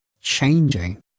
changing